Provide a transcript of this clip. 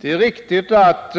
Det är riktigt att